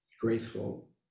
graceful